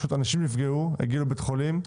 אנשים נפגעו, הגיעו לבית חולים,